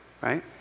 right